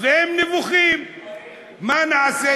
ותיקון נוסף